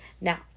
now